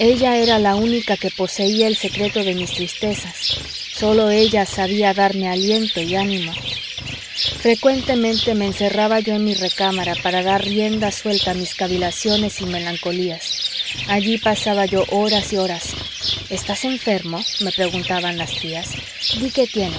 ella era la única que poseía el secreto de mis tristezas sólo ella sabía darme aliento y ánimo frecuentemente me encerraba yo en mi recámara para dar rienda suelta a mis cavilaciones y melancolías allí pasaba yo horas y horas estás enfermo me preguntaban las tías